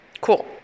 Cool